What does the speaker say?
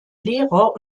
lehrer